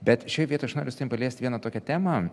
bet šioj vietoj aš noriu su tavim paliest vieną tokią temą